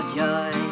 joy